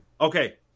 Okay